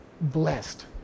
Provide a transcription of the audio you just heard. blessed